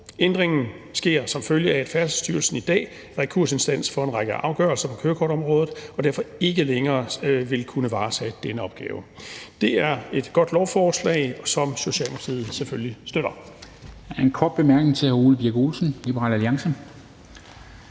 Ændringen sker, som følge af at Færdselsstyrelsen i dag er rekursinstans for en række afgørelser på kørekortområdet og derfor ikke længere vil kunne varetage denne opgave. Det er et godt lovforslag, som Socialdemokratiet selvfølgelig støtter.